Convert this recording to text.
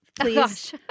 please